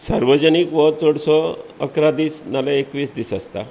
सार्वजनीक हो चडसो इकरा दीस नाजाल्यार एकवीस दीस आसता